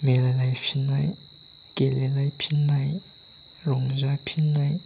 मिलायलायफिननाय गेलेलायफिननाय रंजाफिननाय